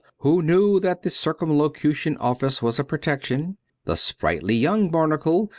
who knew that the circumlocution office was a protection the sprightly young barnacle,